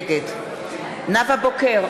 נגד נאוה בוקר,